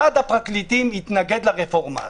ועד הפרקליטים התנגד לרפורמה הזאת.